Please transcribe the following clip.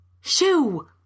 Shoo